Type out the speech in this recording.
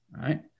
Right